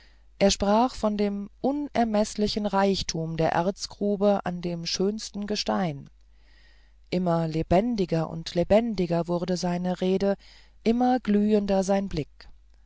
er sprach von dem unermeßlichen reichtum der erzgrube an dem schönsten gestein immer lebendiger und lebendiger wurde seine rede immer glühender sein blick